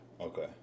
Okay